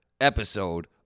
episode